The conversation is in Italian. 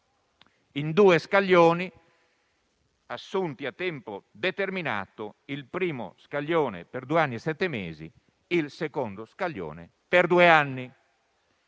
in due scaglioni, assunti a tempo determinato: il primo scaglione per due anni e sette mesi e il secondo scaglione per due anni.